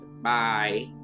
Bye